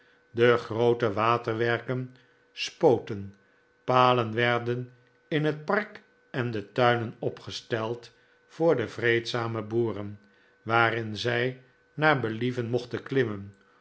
de groote waterwerken spoten palen werden in het park en de tuinen opgesteld voor de vreedzame boeren waarin zij naar believen mochten klimmen